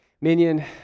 Minion